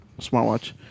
smartwatch